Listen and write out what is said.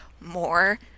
more